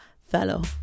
fellow